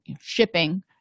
shipping